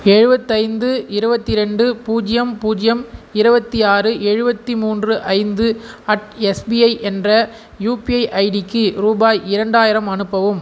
எழுபத்தைந்து இருபத்தி ரெண்டு பூஜ்ஜியம் பூஜ்ஜியம் இருபத்தி ஆறு எழுபத்தி மூன்று ஐந்து அட் எஸ்பிஐ என்ற யூபிஐ ஐடிக்கு ரூபாய் இரண்டாயிரம் அனுப்பவும்